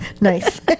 Nice